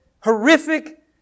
horrific